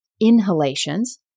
inhalations